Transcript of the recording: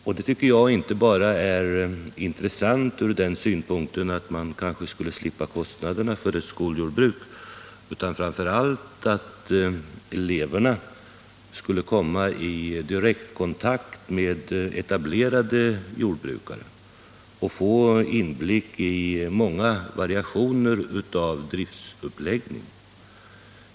Jag tycker att detta är intressant inte bara från den synpunkten att man kanske skulle slippa kostnaderna för ett skoljordbruk utan framför allt därför att eleverna skulle komma i direkt kontakt med etablerade jordbrukare och få inblick i många variationer av driftsuppläggningen.